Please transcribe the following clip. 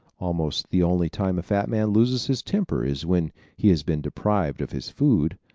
almost the only time a fat man loses his temper is when he has been deprived of his food.